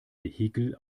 vehikel